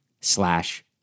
slash